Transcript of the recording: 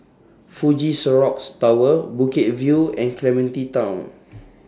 Fuji Xerox Tower Bukit View and Clementi Town